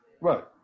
Right